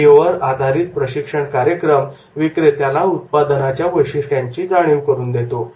video वर आधारित प्रशिक्षण कार्यक्रम विक्रेत्याला उत्पादनाच्या वैशिष्ट्यांची जाणीव करून देतो